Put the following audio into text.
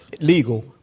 legal